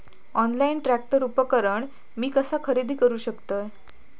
Online tractor उपकरण मी कसा खरेदी करू शकतय?